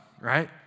right